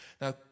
Now